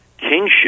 kingship